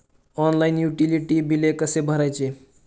Online utility बिले कसे भरायचे?